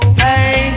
hey